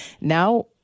Now